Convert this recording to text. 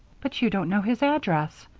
but you don't know his address,